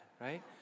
right